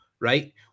right